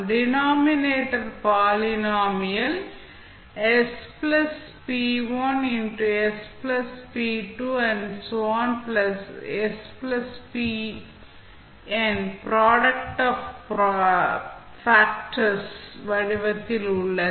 denominator polynomial product of factors வடிவத்தில் உள்ளது